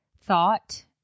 thought